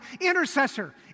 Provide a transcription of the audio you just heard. intercessor